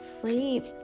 sleep